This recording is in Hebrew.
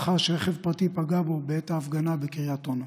לאחר שרכב פרטי פגע בו בעת הפגנה בקריית אונו,